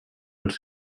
els